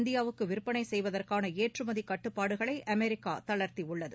இந்தியாவுக்குவிற்பனைசெய்வதற்கானஏற்றுமதிகட்டுபாடுகளைஅமெரிக்காதளா்த்தியுள்ளது